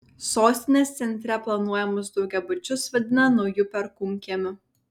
sostinės centre planuojamus daugiabučius vadina nauju perkūnkiemiu